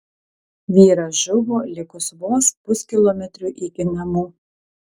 vyras žuvo likus vos puskilometriui iki namų